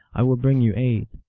i will bring you aid.